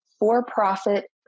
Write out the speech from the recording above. for-profit